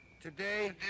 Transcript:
Today